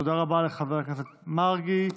תודה רבה לחבר הכנסת מרגי.